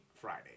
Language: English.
Friday